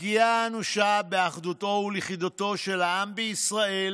הפגיעה האנושה באחדותו ולכידותו של העם בישראל